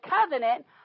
covenant